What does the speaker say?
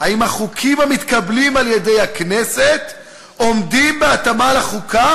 אם החוקים המתקבלים על-ידי הכנסת עומדים בהתאמה לחוקה,